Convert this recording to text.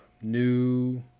new